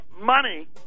money